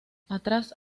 atrás